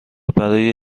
برای